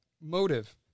Motive